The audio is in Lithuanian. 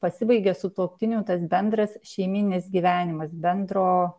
pasibaigia sutuoktinių tas bendras šeimyninis gyvenimas bendro